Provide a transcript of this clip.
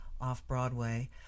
off-Broadway